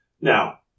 Now